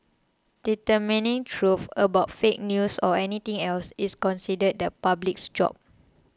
determining truth about fake news or anything else is considered the public's job